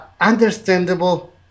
understandable